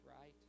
right